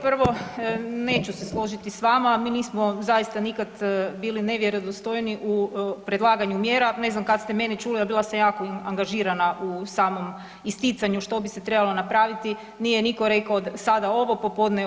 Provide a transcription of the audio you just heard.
Prvo, neću se složiti s vama, mi nismo zaista nikad bili nevjerodostojni u predlaganju mjera, ne znam kada ste mene čuli, a bila sam jako angažiranja u samom isticanju što bi se trebalo napraviti, nije niko rekao sada ovo popodne ono.